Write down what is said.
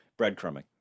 breadcrumbing